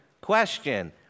question